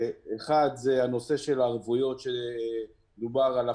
אחד זה הנושא של הערבויות שדובר עליו.